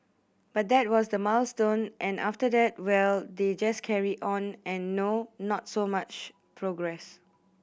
but that was the milestone and after that well they just carry on and no not so much progress